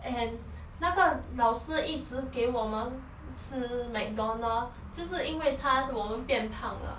and 那个老师一直给我们吃 mcdonald's 就是因为他我们变胖了